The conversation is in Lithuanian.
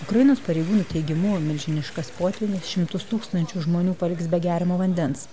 ukrainos pareigūnų teigimu milžiniškas potvynis šimtus tūkstančių žmonių paliks be geriamo vandens